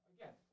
Again